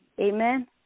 Amen